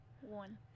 one